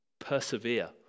Persevere